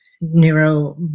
neuro